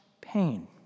pain